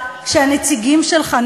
כשהנציגים שלך,